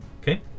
Okay